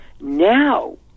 Now